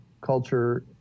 culture